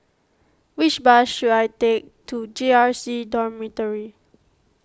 which bus should I take to J R C Dormitory